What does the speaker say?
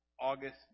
August